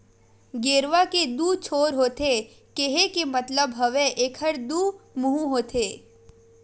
गेरवा के दू छोर होथे केहे के मतलब हवय एखर दू मुहूँ होथे